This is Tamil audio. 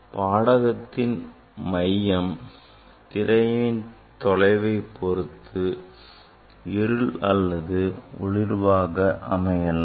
பாடகத்தின் மையம் திரையின் தொலைவை பொருத்து இருள் அல்லது ஒளிர்வாக அமையலாம்